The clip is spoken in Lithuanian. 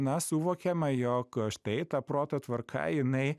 na suvokiama jog štai ta proto tvarka jinai